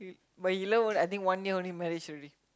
but he love I think one year only marriage already